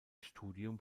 studium